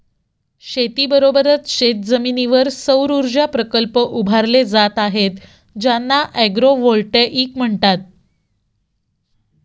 शेतीबरोबरच शेतजमिनीवर सौरऊर्जा प्रकल्प उभारले जात आहेत ज्यांना ॲग्रोव्होल्टेईक म्हणतात